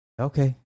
Okay